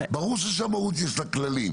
ברור שלשמאות יש כללים.